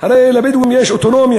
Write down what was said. הרי לבדואים יש אוטונומיה.